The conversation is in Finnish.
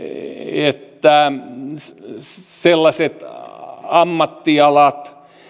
että myöskin sellaisten ammattialojen